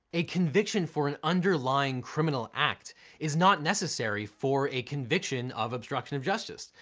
a conviction for an underlying criminal act is not necessary for a conviction of obstruction of justice.